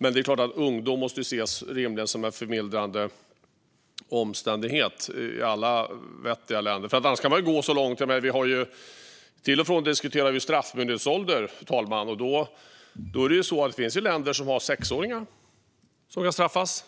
år, måste ungdom rimligen ses som en förmildrande omständighet i alla vettiga länder. Till och från diskuterar vi straffmyndighetsålder. Och det finns länder där 6-åringar kan straffas.